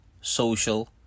social